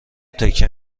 تکه